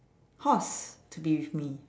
horse to be with me